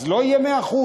אז לא יהיה 100%,